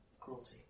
cruelty